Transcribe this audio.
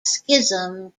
schism